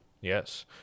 Yes